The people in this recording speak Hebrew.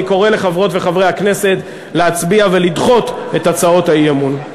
אני קורא לחברות וחברי הכנסת להצביע ולדחות את הצעות האי-אמון.